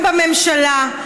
גם בממשלה,